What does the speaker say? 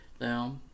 Now